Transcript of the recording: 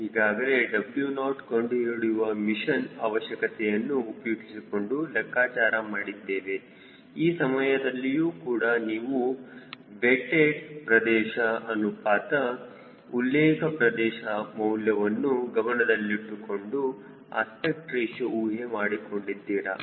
ಹೀಗಾಗಿ W0 ಕಂಡುಹಿಡಿಯಲು mission ಅವಶ್ಯಕತೆಯನ್ನು ಉಪಯೋಗಿಸಿಕೊಂಡು ಲೆಕ್ಕಾಚಾರ ಮಾಡಿದ್ದೇವೆ ಆ ಸಮಯದಲ್ಲಿಯೂ ಕೂಡ ನೀವು ವೆಟ್ಟೆಡ್ ಪ್ರದೇಶ ಅನುಪಾತ ಉಲ್ಲೇಖ ಪ್ರದೇಶ ಮೌಲ್ಯವನ್ನು ಗಮನದಲ್ಲಿಟ್ಟುಕೊಂಡು ಅಸ್ಪೆಕ್ಟ್ ರೇಶಿಯೋ ಊಹೆ ಮಾಡಿಕೊಂಡಿದ್ದೀರಾ